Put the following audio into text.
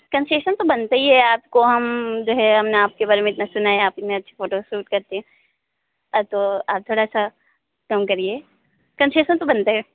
concession तो बनता ही है आपको हम जो है हमें आपके बारे में इतना सुना है आप इतना अच्छा फोटोशूट करते तो आप थोड़ा सा कम करिए कंसेशन तो बनता ही है